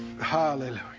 Hallelujah